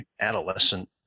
adolescent